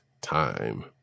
time